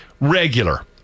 Regular